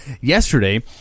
Yesterday